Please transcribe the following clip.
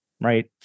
right